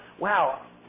wow